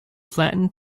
flattened